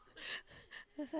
then I was like